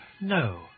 no